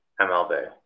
MLB